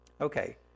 Okay